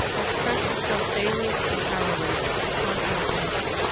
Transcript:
has pressed itself daily and hourly upon our attention,